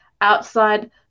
outside